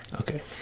Okay